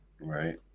Right